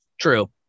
True